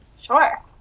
Sure